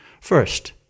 First